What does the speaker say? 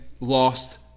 lost